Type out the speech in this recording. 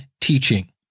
teaching